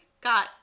got